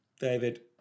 David